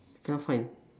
cannot find